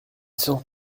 sont